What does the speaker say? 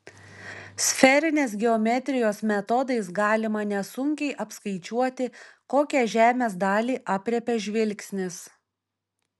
sferinės geometrijos metodais galima nesunkiai apskaičiuoti kokią žemės dalį aprėpia žvilgsnis